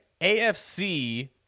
AFC